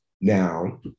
Now